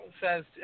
says